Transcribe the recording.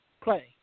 play